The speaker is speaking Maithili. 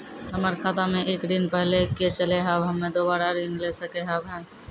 हमर खाता मे एक ऋण पहले के चले हाव हम्मे दोबारा ऋण ले सके हाव हे?